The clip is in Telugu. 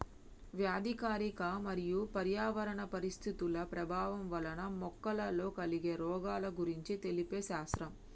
వ్యాధికారక మరియు పర్యావరణ పరిస్థితుల ప్రభావం వలన మొక్కలలో కలిగే రోగాల గురించి తెలిపే శాస్త్రం